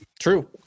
True